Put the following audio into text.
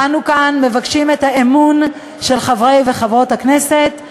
אנו כאן מבקשים את האמון של חברי וחברות הכנסת,